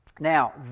Now